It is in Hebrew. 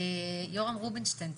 יורם רובינשטיין,